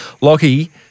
Lockie